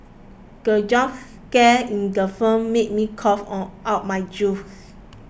the jump scare in the film made me cough on out my juice